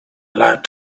light